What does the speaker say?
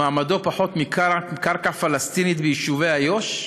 מעמדו פחות משל קרקע פלסטינית ביישובי איו"ש?